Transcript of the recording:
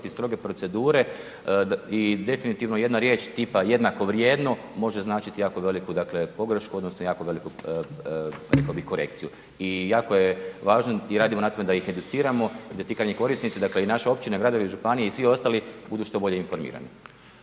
stroge procedure i definitivno jedna riječ tipa jednako vrijedno može značiti jako veliku dakle pogrešku, odnosno jako veliku rekao bih korekciju. I jako je važno i radimo na tome da ih educiramo i da ti krajnji korisnici dakle i naše općine i gradovi županije i svi ostali budu što bolje informirani.